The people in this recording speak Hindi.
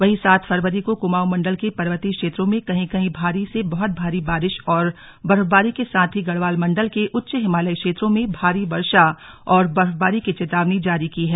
वहीं सात फरवरी को कुमाऊं मंडल के पर्वतीय क्षेत्रों में कहीं कहीं भारी से बहुत भारी बारिश और बर्फबारी के साथ ही गढ़वाल मंडल के उच्च हिमालयी क्षेत्रों में भारी वर्षा और बर्फबारी की चेतावनी जारी की है